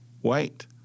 white